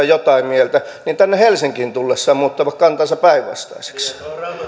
jotain mieltä tänne helsinkiin tullessaan muuttavat kantansa päinvastaiseksi